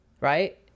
right